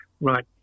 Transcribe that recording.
right